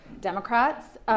Democrats